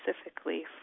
specifically